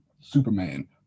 superman